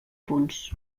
punts